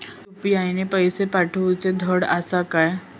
UPI ने पैशे पाठवूचे धड आसा काय?